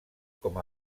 com